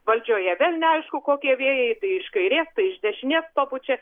valdžioje vėl neaišku kokie vėjai tai iš kairės tai iš dešinės papučia